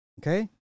Okay